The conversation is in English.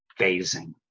phasing